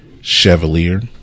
Chevalier